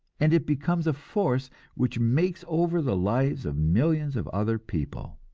and it becomes a force which makes over the lives of millions of other people.